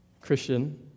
Christian